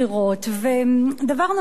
ודבר נוסף שראינו,